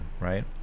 right